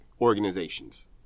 organizations